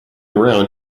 around